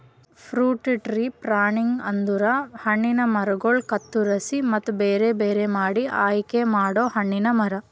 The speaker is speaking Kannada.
ಫ್ರೂಟ್ ಟ್ರೀ ಪ್ರುಣಿಂಗ್ ಅಂದುರ್ ಹಣ್ಣಿನ ಮರಗೊಳ್ ಕತ್ತುರಸಿ ಮತ್ತ ಬೇರೆ ಬೇರೆ ಮಾಡಿ ಆಯಿಕೆ ಮಾಡೊ ಹಣ್ಣಿನ ಮರ